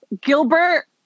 Gilbert